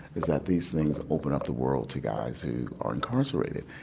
is that these things open up the world to guys who are incarcerated.